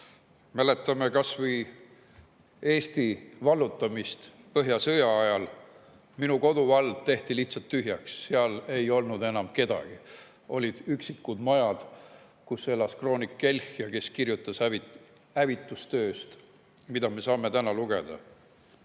Mäletame kas või Eesti vallutamist põhjasõja ajal. Minu koduvald tehti lihtsalt tühjaks, seal ei olnud enam kedagi. Olid üksikud majad, kus elas kroonik Kelch, kes kirjutas hävitustööst, mille kohta me saame täna lugeda.